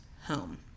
home